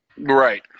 Right